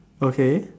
okay